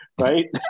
right